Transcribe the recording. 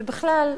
ובכלל,